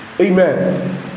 Amen